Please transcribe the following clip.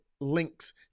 links